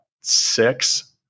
six